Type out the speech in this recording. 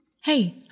Hey